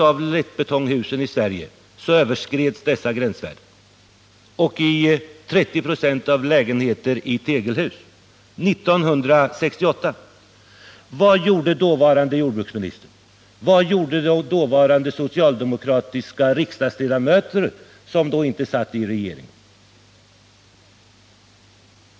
av lättbetonghusen i Sverige överskreds dessa gränsvärden och i 30 ?6 av lägenheterna i tegelhus. Det var 1968. Vad gjorde dåvarande jordbruksministern, vad gjorde dåvarande socialdemokratiska riksdagsledamöter som inte satt i regeringen?